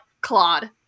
Claude